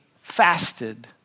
fasted